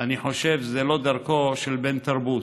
אני חושב שזו לא דרכו של בן תרבות.